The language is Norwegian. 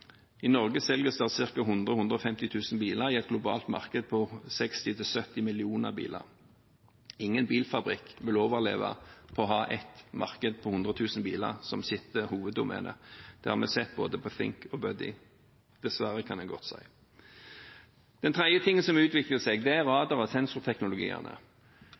I Norge selges det ca. 100 000–150 000 biler, av et globalt marked på 60–70 millioner biler. Ingen bilfabrikk vil overleve på å ha et marked på 100 000 biler som sitt hoveddomene. Det har vi sett både for Think og Buddy – dessverre, kan en godt si. Den tredje tingen som utvikler seg, er radar- og sensorteknologiene.